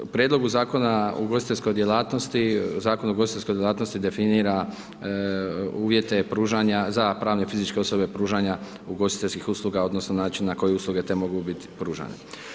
U prijedlogu Zakona o ugostiteljskoj djelatnosti, Zakon o ugostiteljskoj djelatnosti definira uvjete pružanja za pravne i fizičke osobe pružanja ugostiteljskih usluga odnosno način na koji usluge te mogu bit pružane.